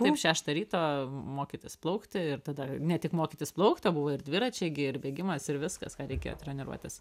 taip šeštą ryto mokytis plaukti ir tada ne tik mokytis plaukt o buvo ir dviračiai ir bėgimas ir viskas ką reikėjo treniruotis